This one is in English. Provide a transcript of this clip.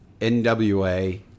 NWA